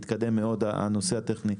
התקדם מאוד הנושא הטכני.